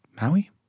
Maui